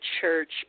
church